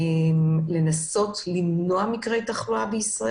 לנסות למנוע את מקרי התחלואה,